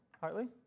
Hartley